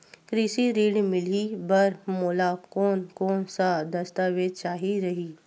कृषि ऋण मिलही बर मोला कोन कोन स दस्तावेज चाही रही?